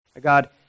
God